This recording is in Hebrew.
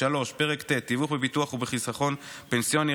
פרק ט' תיווך בביטוח ובחיסכון פנסיוני,